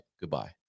Goodbye